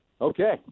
Okay